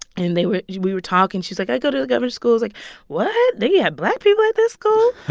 and they were we were talking. she's like, i go to the governor's school. i was like what? they yeah have black people at that school?